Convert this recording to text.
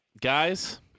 guys